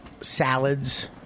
salads